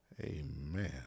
Amen